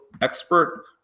expert